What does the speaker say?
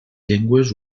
llengües